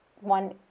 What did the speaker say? one